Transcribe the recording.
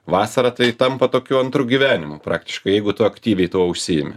vasarą tai tampa tokiu antru gyvenimu praktiškai jeigu tu aktyviai tuo užsiimi